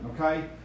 Okay